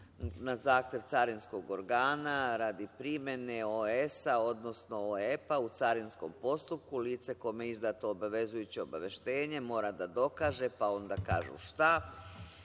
na zahtev carinskog organa, radi primene OES odnosno OEP u carinskom postupku, lice kome je izdato obavezujuće obaveštenje mora da dokaže, pa onda kažu šta,